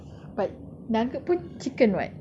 but nugget pun chicken [what]